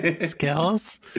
skills